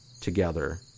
together